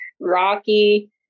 rocky